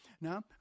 Now